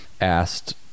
asked